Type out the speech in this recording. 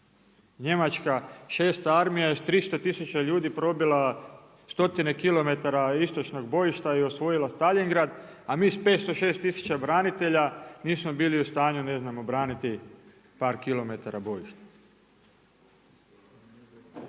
Njemačka 6.-ta armija je sa 300 tisuća ljudi probila stotine kilometara istočnog bojišta i osvojila Staljingrad a mi sa 506 tisuća branitelja nismo bili u stanju ne znam obraniti par kilometara bojišta.